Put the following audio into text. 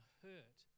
hurt